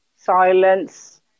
silence